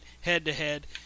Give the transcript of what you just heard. head-to-head